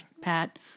pat